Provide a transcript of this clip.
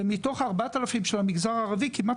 ומתוך ה-4,000 של המגזר הערבי כמעט